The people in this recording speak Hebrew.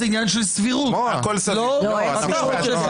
זה עניין של סבירות --- מתה הסבירות,